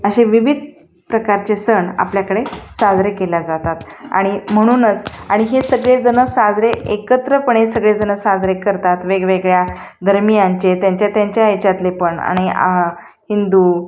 अशे विविध प्रकारचे सण आपल्याकडे साजरे केल्या जातात आणि म्हणूनच आणि हे सगळेजण साजरे एकत्रपणे सगळेजणं साजरे करतात वेगवेगळ्या धर्मियांचे त्यांच्या त्यांच्या याच्यातले पण आणि आ हिंदू